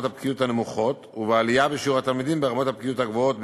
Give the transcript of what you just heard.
הבקיאות הנמוכות ובעלייה בשיעור התלמידים ברמות הבקיאות הגבוהות,